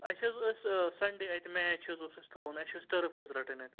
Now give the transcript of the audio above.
اَسہِ حظ ٲسۍ سنٛڈے اَتہِ میچ حظ اوس اَتہِ تھاوُن اسہِ چھِ حظ ٹٔرٕف حظ رَٹٕنۍ اَتہِ